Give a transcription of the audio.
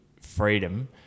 freedom